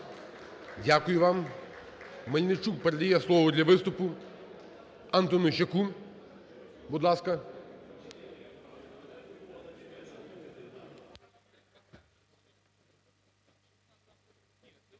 Дякую вам. Мельничук передає слово для виступу Антонищаку, будь ласка.